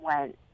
went